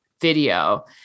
video